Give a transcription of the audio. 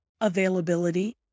availability